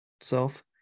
self